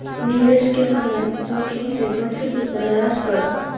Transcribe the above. निवेश के समय जोखिम से बचे के प्रयास करऽ